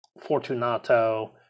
Fortunato